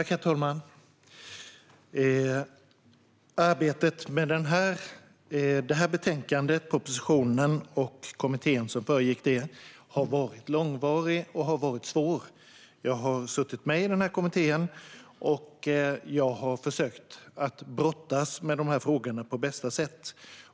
Herr talman! Arbetet med betänkandet och propositionen och dessförinnan i kommittén har varit långvarigt och svårt. Jag har suttit med i kommittén och försökt att brottas med dessa frågor på bästa sätt.